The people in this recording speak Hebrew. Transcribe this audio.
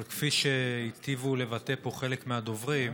אבל כפי שהיטיבו לבטא פה חלק מהדוברים,